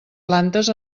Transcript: plantes